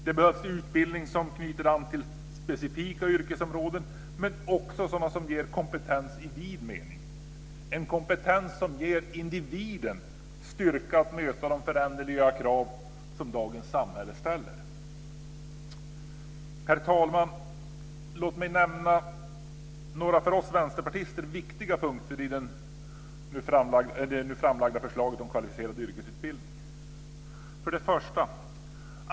Det behövs utbildning som knyter an till specifika yrkesområden men också sådan som ger kompetens i vid mening, en kompetens som ger individen styrka att möta de föränderliga krav som dagens samhälle ställer. Låt mig nämna några för oss vänsterpartister viktiga punkter i det nu framlagda förslaget om kvalificerad yrkesutbildning: 1.